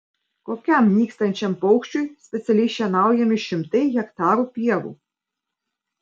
kokiam nykstančiam paukščiui specialiai šienaujami šimtai hektarų pievų